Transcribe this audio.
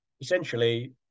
essentially